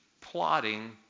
plotting